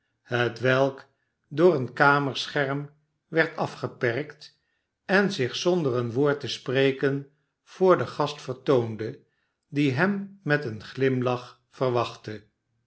hetwelk door een kamerscherm werd afgeperkt en zich zonder een woord te spreken voor den gast vertoonde die nem met een glimlach verwachtte